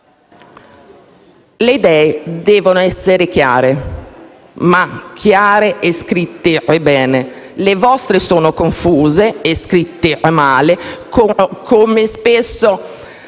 le idee devono essere chiare e scritte bene. Le vostre sono confuse e scritte male, come spesso